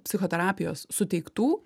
psichoterapijos suteiktų